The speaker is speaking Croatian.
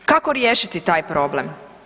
Kako riješiti taj problem?